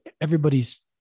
everybody's